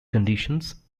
conditions